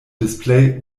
display